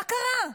מה קרה?